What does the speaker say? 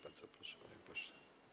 Bardzo proszę, panie pośle.